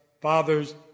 Fathers